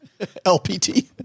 LPT